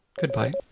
Goodbye